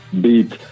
beat